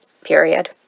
period